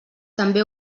també